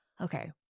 okay